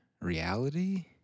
reality